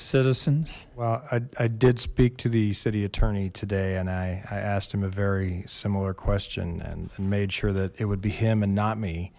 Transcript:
citizens well i did speak to the city attorney today and i asked him a very similar question and made sure that it would be him and not me